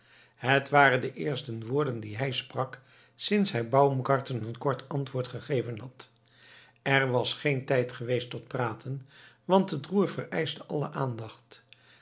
het waren de eerste woorden die hij sprak sinds hij baumgarten een kort antwoord gegeven had er was geen tijd geweest tot praten want het roer vereischte alle aandacht